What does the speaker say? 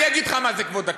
אני אגיד לך מה זה כבוד הכנסת,